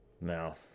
No